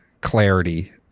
clarity